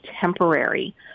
temporary